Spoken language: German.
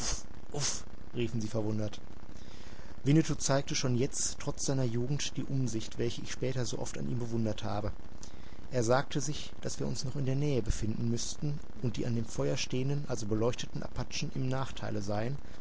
riefen sie verwundert winnetou zeigte schon jetzt trotz seiner jugend die umsicht welche ich später so oft an ihm bewundert habe er sagte sich daß wir uns noch in der nähe befinden müßten und die an dem feuer stehenden also beleuchteten apachen im nachteile seien